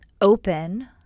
open